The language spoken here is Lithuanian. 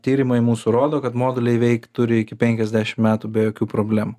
tyrimai mūsų rodo kad moduliai veikt turi iki penkiasdešimt metų be jokių problemų